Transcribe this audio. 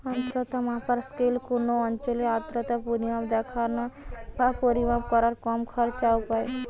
আর্দ্রতা মাপার স্কেল কুনো অঞ্চলের আর্দ্রতার পরিমাণ দিখানা বা পরিমাপ কোরার কম খরচের উপায়